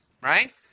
right